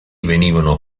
venivano